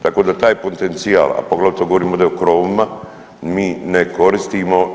Tako da taj potencijal, a poglavito govorimo da je u krovovima, mi ne koristimo.